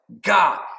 God